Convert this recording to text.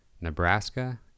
Nebraska